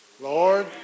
Lord